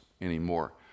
anymore